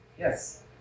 Yes